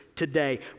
Today